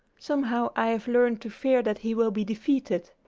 somehow i have learned to fear that he will be defeated.